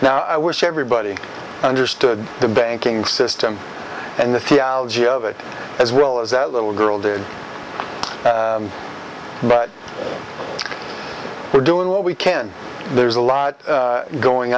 now i wish everybody understood the banking system and the theology of it as well as that little girl did but we're doing what we can there's a lot going